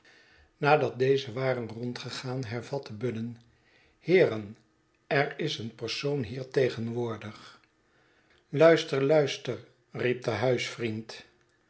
nadat deze waren rondgegaan hervatte budden heeren er is een persoon hier tegenwoordig luister luister riep de